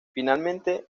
finalmente